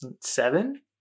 seven